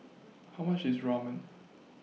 How much IS Ramen